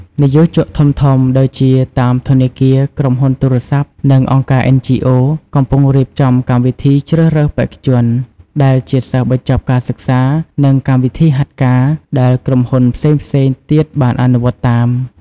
និយោជកធំៗដូចជាតាម ធនាគារ ក្រុមហ៊ុនទូរស័ព្ទ និងអង្គការ NGO កំពុងរៀបចំកម្មវិធីជ្រើសរើសបេក្ខជនដែលជាសិស្សបញ្ចប់ការសិក្សា និងកម្មវិធីហាត់ការ ដែលក្រុមហ៊ុនផ្សេងៗទៀតបានអនុវត្តតាម។